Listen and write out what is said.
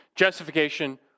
justification